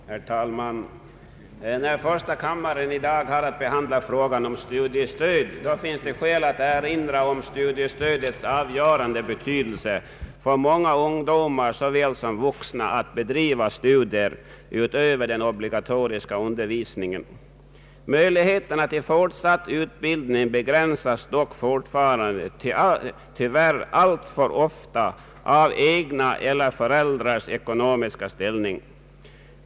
Herr talman! När första kammaren i dag har att behandla frågan om studiestöd finns det skäl erinra om studiestödets avgörande betydelse för många ungdomar såväl som vuxna när det gäller att bedriva studier utöver den obligatoriska undervisningen. Möjligheterna till fortsatt utbildning begränsas dock tyvärr fortfarande alltför ofta av den egna ekonomin eller av föräldrarnas ekonomiska ställning.